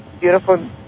beautiful